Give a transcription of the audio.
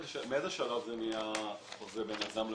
מאיזה שלב זה נהיה חוזה בין יזם לזוכה?